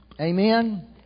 amen